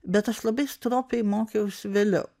bet aš labai stropiai mokiaus vėliau